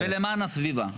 זה למען הסביבה.